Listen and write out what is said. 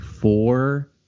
four